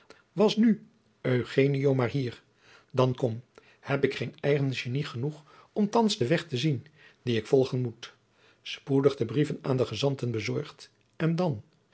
was nu eugenio maar hier dan kom heb ik geen eigen genie genoeg om thands den weg te zien dien ik volgen moet spoedig de brieven aan de gezanten bezorgd en dan